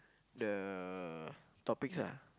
the topics lah